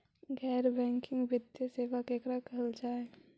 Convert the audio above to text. गैर बैंकिंग वित्तीय सेबा केकरा कहल जा है?